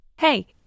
Hey